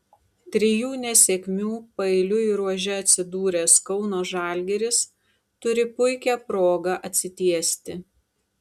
trijų nesėkmių paeiliui ruože atsidūręs kauno žalgiris turi puikią progą atsitiesti